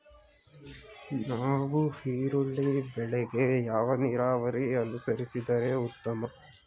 ನಾವು ಈರುಳ್ಳಿ ಬೆಳೆಗೆ ಯಾವ ನೀರಾವರಿ ಅನುಸರಿಸಿದರೆ ಉತ್ತಮ?